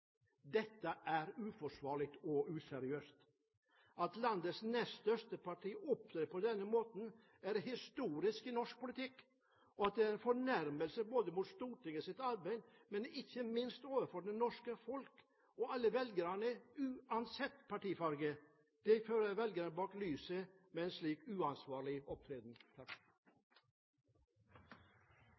Dette er uforsvarlig og useriøst! At landets nest største parti opptrer på denne måten, er historisk i norsk politikk. Det er en fornærmelse mot Stortingets arbeid, men ikke minst overfor det norske folk – alle velgere uansett partifarge. De fører velgerne bak lyset med en slik uansvarlig opptreden.